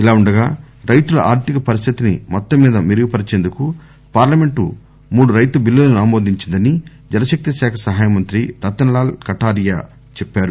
ఇదిలా ఉండగా రైతుల ఆర్దిక పరిస్దితిని మొత్తంమీద మెరుగుపరిచేందుకే పార్లమెంట్ మూడు రైతు చిల్లులను ఆమోదించిందని జలశక్తి శాఖ సహాయమంత్రి రతన్ లాల్ కటారియా చెప్పారు